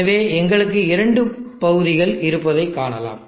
எனவே எங்களுக்கு இரண்டு பகுதிகள் இருப்பதைக் காணலாம்